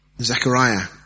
Zechariah